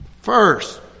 First